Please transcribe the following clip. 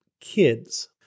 kids